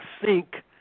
sink